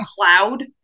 cloud